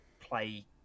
play